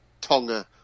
Tonga